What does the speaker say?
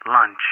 lunch